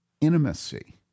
intimacy